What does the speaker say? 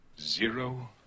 Zero